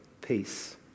peace